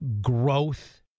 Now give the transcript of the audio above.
growth